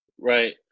right